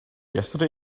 yesterday